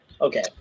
Okay